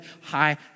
high